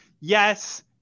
yes